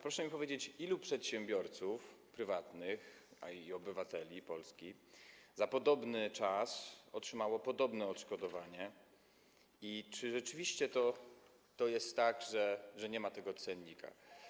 Proszę mi powiedzieć, ilu przedsiębiorców prywatnych i obywateli Polski za podobny czas otrzymało podobne odszkodowanie i czy rzeczywiście jest tak, że nie ma tego cennika.